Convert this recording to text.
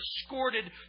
escorted